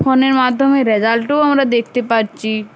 ফোনের মাধ্যমে রেজাল্টও আমরা দেখতে পাচ্ছি